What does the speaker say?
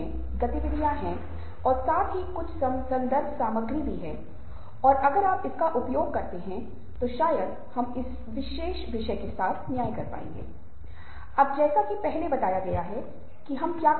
आज की दुनिया में अधिक महत्वपूर्ण है की हमे पता हैं कि सहानुभूति प्रत्यक्ष रूप से नहीं तो अप्रत्यक्ष रूप से शब्द बन गई है क्योंकि खुशी की अवधारणा पर आज हमारा अलग ध्यान है